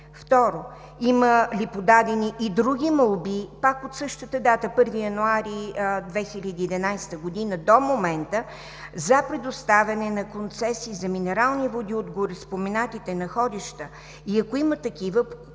Второ, има ли подадени и други молби пак от същата дата – 1 януари 2011 г. до момента, за предоставяне на концесии за минерални води от гореспоменатите находища и ако има такива, по кои от